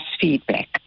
feedback